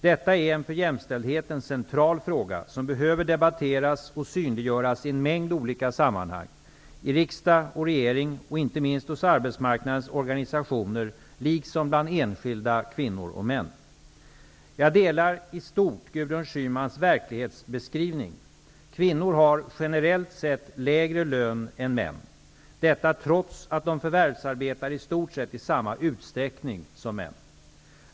Detta är en för jämställdheten central fråga som behöver debatteras och synliggöras i en mängd olika sammanhang; i riksdag och regering och inte minst hos arbetsmarknadens organisationer, liksom bland enskilda kvinnor och män. Jag delar i stort Gudrun Schymans verklighetsbeskrivning. Kvinnor har generellt sett lägre lön än män; detta trots att de förvärvsarbetar i stort sett i samma utsträckning som män.